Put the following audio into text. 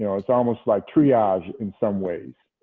ah it's almost like triage in some ways.